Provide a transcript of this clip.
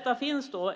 2009.